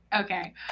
Okay